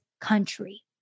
country